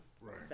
Right